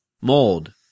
Mold